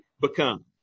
become